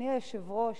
אדוני היושב-ראש,